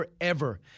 forever